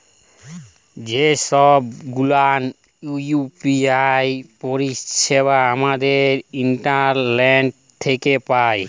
যে ছব গুলান ইউ.পি.আই পারিছেবা আমরা ইন্টারলেট থ্যাকে পায়